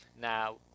now